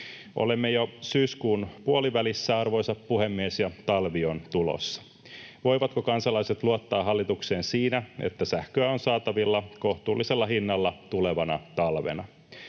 Olemme jo syyskuun puolivälissä, arvoisa puhemies, ja talvi on tulossa. Voivatko kansalaiset luottaa hallitukseen siinä, että sähköä on saatavilla kohtuullisella hinnalla tulevana talvena?